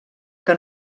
que